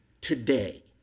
today